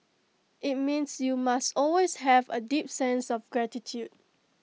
IT means you must always have A deep sense of gratitude